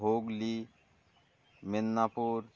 Hooghly Medinipur